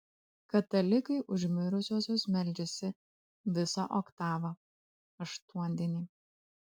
katalikai už mirusiuosius meldžiasi visą oktavą aštuondienį